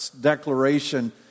declaration